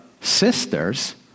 sisters